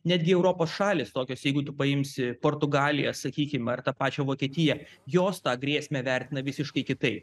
netgi europos šalys tokios jeigu tu paimsi portugaliją sakykim ar tą pačią vokietiją jos tą grėsmę vertina visiškai kitaip